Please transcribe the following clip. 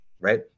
right